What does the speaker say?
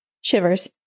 Shivers